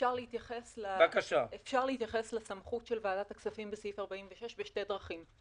אפשר להתייחס לסמכות של ועדת הכספים בסעיף 46 בשתי דרכים.